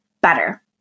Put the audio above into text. better